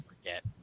forget